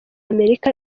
amerika